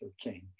King